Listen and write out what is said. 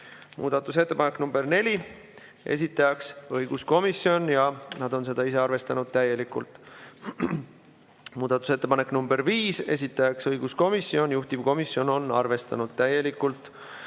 Muudatusettepanek nr neli, esitajaks õiguskomisjon ja nad on seda ise arvestanud täielikult. Muudatusettepanek nr viis, esitajaks õiguskomisjon, juhtivkomisjon on arvestanud täielikult.